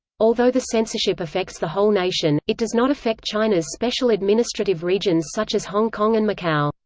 although the censorship affects the whole nation, it does not affect china's special administrative regions such as hong kong and macau.